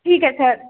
ठीक है सर